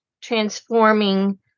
transforming